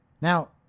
Now